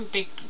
big